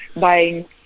buying